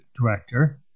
director